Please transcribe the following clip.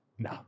No